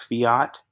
fiat